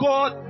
God